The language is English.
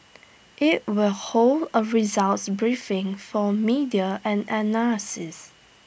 IT will hold A results briefing for media and analysts